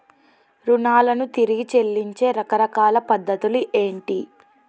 రుణాలను తిరిగి చెల్లించే రకరకాల పద్ధతులు ఏంటి?